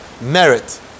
merit